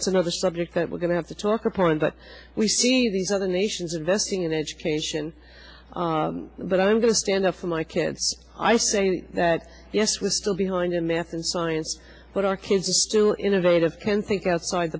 that's another subject that we're going to have to talk reported that we see these other nations investing in education but i'm going to stand up for my kids i say that yes we still behind in math and science but our kids are still innovative can't think outside